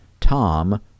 Tom